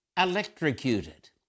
electrocuted